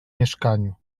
mieszkaniu